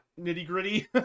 nitty-gritty